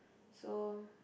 so